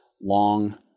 long